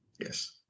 Yes